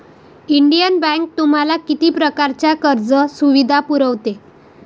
Indian Bank तुम्हाला किती प्रकारच्या कर्ज सुविधा पुरवते?